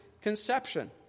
conception